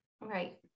Right